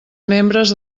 membres